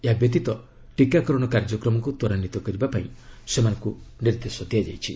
ଏହା ବ୍ୟତୀତ ଟିକାକରଣ କାର୍ଯ୍ୟକ୍ରମକୁ ତ୍ୱରାନ୍ୱିତ କରିବା ପାଇଁ ସେମାନଙ୍କୁ ନିର୍ଦ୍ଦେଶ ଦିଆଯାଇଛି